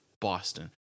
Boston